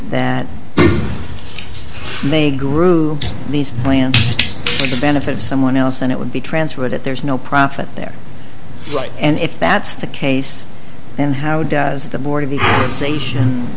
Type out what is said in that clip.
that they grew these plans the benefit of someone else and it would be transferred at there's no profit there right and if that's the case then how does the board of the station